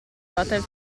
vatel